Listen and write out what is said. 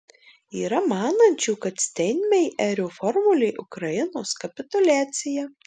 yra manančių kad steinmeierio formulė ukrainos kapituliacija